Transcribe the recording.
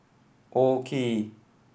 OKI